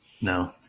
No